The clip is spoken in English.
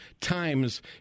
times